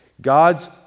God's